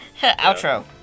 Outro